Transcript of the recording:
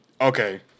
Okay